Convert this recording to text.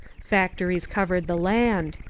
factories covered the land.